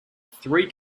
three